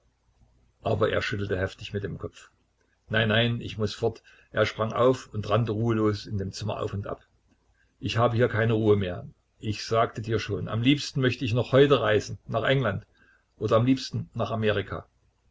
aber er schüttelte heftig mit dem kopf nein nein ich muß fort er sprang auf und rannte ruhelos in dem zimmer auf und ab ich habe hier keine ruhe mehr ich sagte dir schon am liebsten möchte ich noch heute reisen nach england oder am liebsten nach amerika